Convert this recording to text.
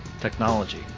technology